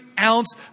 ounce